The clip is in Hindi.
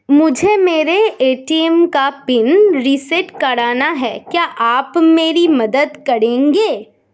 मुझे मेरे ए.टी.एम का पिन रीसेट कराना है क्या आप मेरी मदद करेंगे?